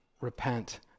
repent